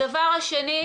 הדבר השני,